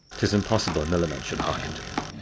tis impossible millamant should hearken to it.